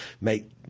make